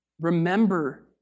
Remember